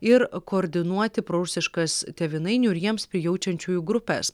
ir koordinuoti prorusiškas tėvynainių ir jiems prijaučiančiųjų grupes